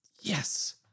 yes